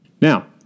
Now